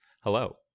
hello